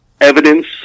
evidence